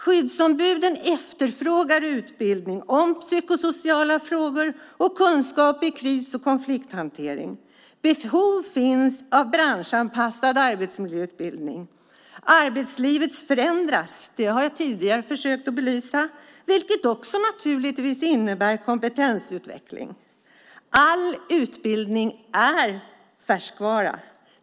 Skyddsombuden efterfrågar utbildning om psykosociala frågor och kunskap i kris och konflikthantering. Behov finns av branschanpassad arbetsmiljöutbildning. Arbetslivet förändras - det har jag tidigare försökt belysa - vilket också naturligtvis innebär kompetensutveckling. All utbildning är färskvara.